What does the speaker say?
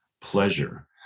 pleasure